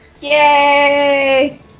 Yay